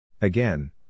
Again